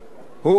בצדק,